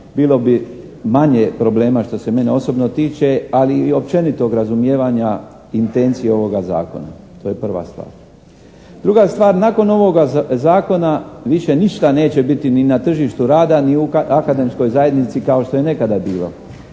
bilo bi manje problema što se mene osobno tiče ali i općenitog razumijevanja intencije ovoga zakona. To je prva stvar. Druga stvar, nakon ovoga zakona više ništa neće biti ni na tržištu rada ni u akademskoj zajednici kao što je nekada bilo.